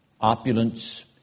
opulence